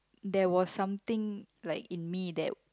there was something like in me that